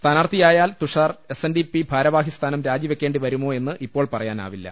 സ്ഥാനാർത്ഥി യായാൽ Tushar S N D P ഭാരവാഹി സ്ഥാനം രാജി വെക്കേണ്ടി വരുമോ എന്ന് ഇപ്പോൾ പറ്റയാനാവില്ല